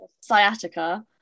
sciatica